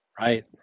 right